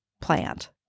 plant